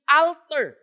alter